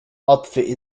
أطفئ